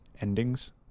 endings